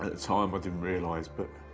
at the time, i didn't realise, but.